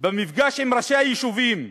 במפגש עם ראשי היישובים,